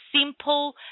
simple